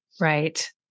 Right